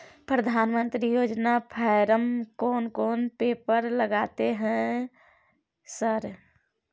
प्रधानमंत्री योजना फारम कोन कोन पेपर लगतै है सर?